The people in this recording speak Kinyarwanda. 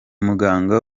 muganga